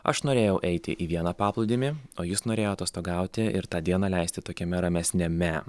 aš norėjau eiti į vieną paplūdimį o jis norėjo atostogauti ir tą dieną leisti tokiame ramesniame